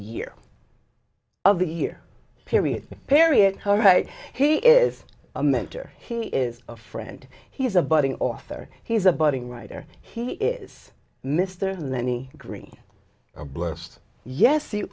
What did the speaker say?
year of the year period period all right he is a mentor he is a friend he's a budding author he's a budding writer he is mr than any green blessed yes